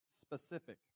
specific